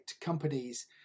companies